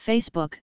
Facebook